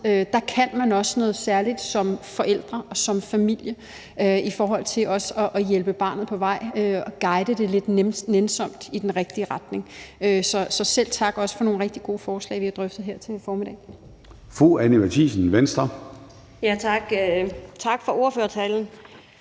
Der kan man noget særligt som forældre og som familie i forhold til at hjælpe barnet på vej og guide det lidt nænsomt i den rigtige retning. Så jeg vil også sige tak for nogle rigtig gode forslag, som vi har drøftet her i formiddags. Kl. 13:42 Formanden (Søren Gade): Fru Anni Matthiesen,